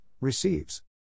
receives